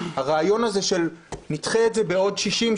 הרעיון הזה של: נדחה את זה בעוד 60,